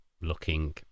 looking